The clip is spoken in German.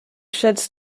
schätzt